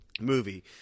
movie